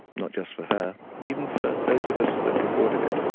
not just for her, but even for those of us that recorded it.